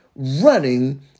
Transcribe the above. running